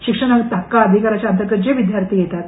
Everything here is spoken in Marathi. शिक्षण हक्क अधिकारांच्या अंतर्गत जे विद्यार्थी येतात